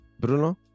Bruno